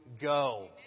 go